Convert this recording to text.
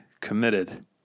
committed